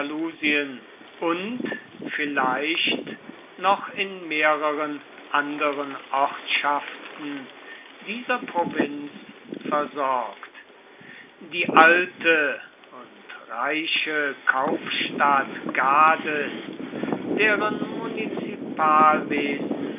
und vielleicht noch in mehreren anderen ortschaften dieser provinz versorgt die alte und reiche kaufstadt gades deren